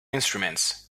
instruments